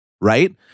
Right